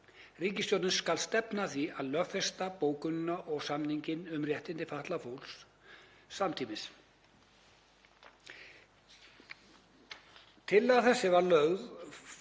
Ríkisstjórnin skal stefna að því að lögfesta bókunina og samninginn um réttindi fatlaðs fólks samtímis.“